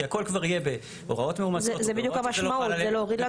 כי הכל כבר יהיה בהוראות מאומצות או בהוראות שזה לא חל עליהם.